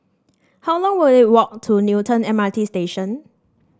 how long will it walk to Newton M R T Station